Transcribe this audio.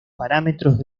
parámetros